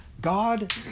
God